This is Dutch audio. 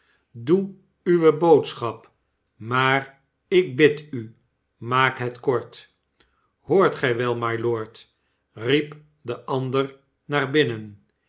doe uwe boodschap maar ikbiduv maak het kort hoort gij wel mylord riep de ander naar binnen